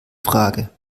frage